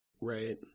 Right